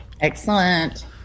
Excellent